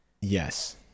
Yes